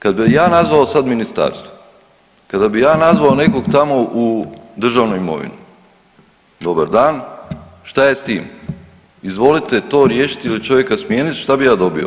Kad bi ja sad nazvao ministarstvo, kada bi ja nazvao nekog tamo u državnu imovinu, dobar dan, šta je s tim, izvolite to riješiti ili čovjeka smijeniti, šta bi ja dobio?